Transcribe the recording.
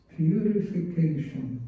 purification